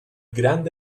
grande